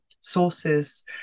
sources